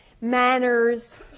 manners